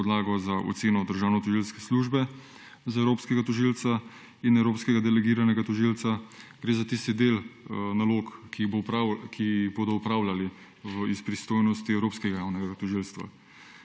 za oceno državnotožilske službe za evropskega tožilca in evropskega delegiranega tožilca. Gre za tisti del nalog, ki jih bodo opravljali iz pristojnosti Evropskega javnega tožilstva.